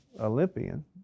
Olympian